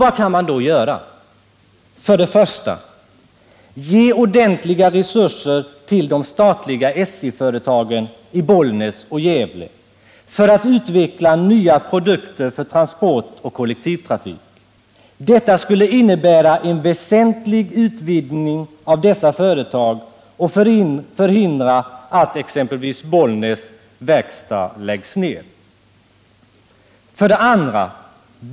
Se till att de statliga SJ-företagen i Bollnäs och Gävle får tillräckliga resurser, så att de kan utveckla nya produkter för transport och kollektivtrafik. Detta skulle innebära en väsentlig utvidgning av dessa företag och förhindra att t.ex. Bollnäs Verkstads AB läggs ner. 2.